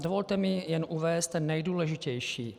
Dovolte mi jen uvést ten nejdůležitější.